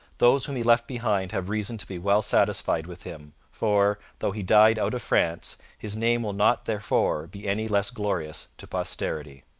those whom he left behind have reason to be well satisfied with him for, though he died out of france, his name will not therefor be any less glorious to posterity.